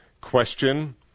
question